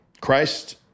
Christ